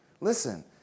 Listen